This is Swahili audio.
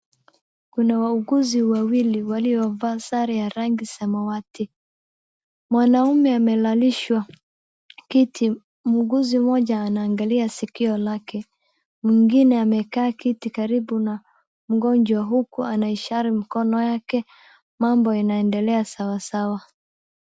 Kuna wauguzi wawili waliovaa sare ya rangi samawati. Mwanaume amelalishwa kiti, muuguzi mmoja anaangalia sikio lake, mwingine amekaa kiti karibu na mgonjwa huku anaishara mkono yake mambo inaendelea sawasawa.